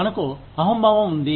మనకు అహంభావం ఉంది